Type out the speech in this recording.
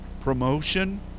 promotion